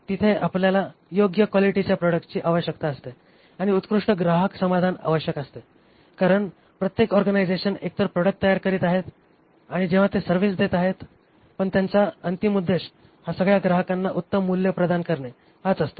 तिथे आपल्याला योग्य क्वालिटीकच्या प्रॉडक्ट्सची आवश्यकता असते आणि उत्कृष्ट ग्राहक समाधान आवश्यक असते कारण प्रत्येक ऑर्गनायझेशन एकतर प्रॉडक्ट्स तयार करीत आहेत आणि जेव्हा ते सर्व्हिस देत आहेत पण त्यांचा अंतिम उद्देश हा सगळ्या ग्राहकांना उत्तम मूल्य प्रदान करणे हाच असतो